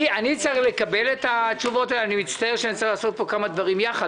אני מצטער שאני צריך לעשות פה כמה דברים ביחד,